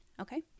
okay